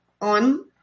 on